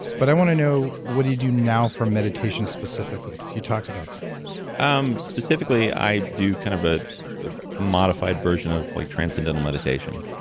but i want to know, what do you do now for meditation specifically? because you talked about that um specifically, i do kind of a modified version of like transcendental meditation,